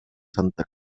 santa